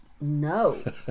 No